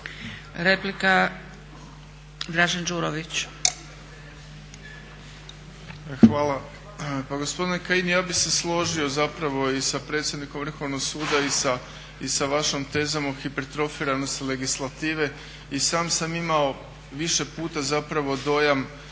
Replika, Dražen Đurović.